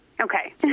Okay